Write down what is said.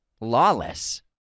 Lawless